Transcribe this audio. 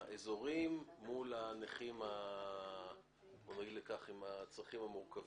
האזורים מול הנכים עם הצרכים המורכבים.